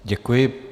Děkuji.